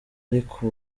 ariko